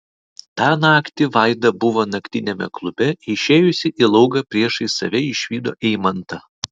tą naktį vaida buvo naktiniame klube išėjusi į lauką priešais save išvydo eimantą